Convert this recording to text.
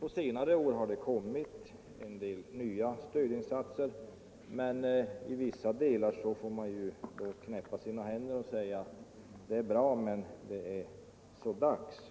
På senare år har det gjorts en del nya stödinsatser, men i vissa fall får man knäppa sina händer och säga att det är bra men att det är så dags